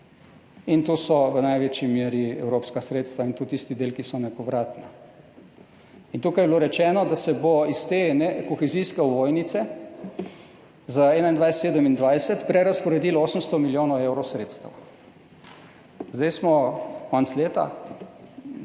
To so v največji meri evropska sredstva, in to tista, ki so nepovratna. Tukaj je bilo rečeno, da se bo iz te kohezijske ovojnice 2021–2027 prerazporedilo 800 milijonov evrov sredstev. Zdaj smo konec leta,